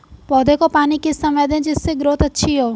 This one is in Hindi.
पौधे को पानी किस समय दें जिससे ग्रोथ अच्छी हो?